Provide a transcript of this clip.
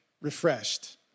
refreshed